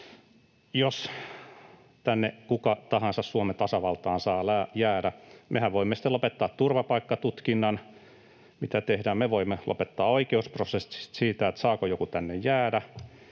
Jos tänne Suomen tasavaltaan kuka tahansa saa jäädä, mehän voimme sitten lopettaa turvapaikkatutkinnan, mitä tehdään, me voimme lopettaa oikeusprosessit siitä, saako joku tänne jäädä,